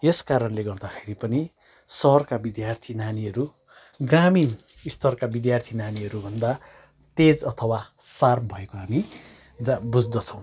यस कारणले गर्दाखेरि पनि सहरका विद्यार्थी नानीहरू ग्रामीण स्तरका विद्यार्थी नानीहरू भन्दा तेज अथवा सार्प भएको हामी जा बुझ्दछौँ